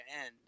end